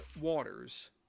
waters